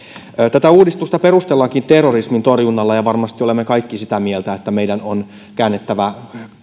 tätä uudistusta perustellaankin terrorismin torjunnalla ja varmasti olemme kaikki sitä mieltä että meidän on käännettävä